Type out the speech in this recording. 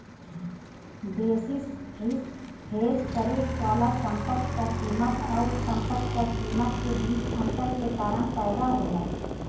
basis risk hedge करे वाला संपत्ति क कीमत आउर संपत्ति क कीमत के बीच अंतर के कारण पैदा होला